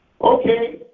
Okay